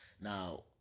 Now